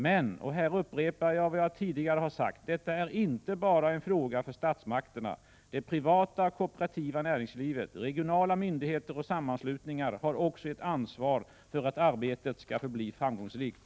Men — och här upprepar jag vad jag tidigare har sagtdetta är inte bara en fråga för statsmakterna. Det privata och kooperativa näringslivet, regionala myndigheter och sammanslutningar har också ett ansvar för att arbetet skall bli framgångsrikt.